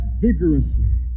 vigorously